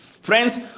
Friends